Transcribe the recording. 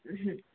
হুম